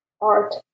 art